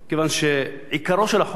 עיקרם של החוקים הוא זהה.